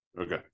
Okay